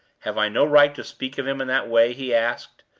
have i no right to speak of him in that way? he asked,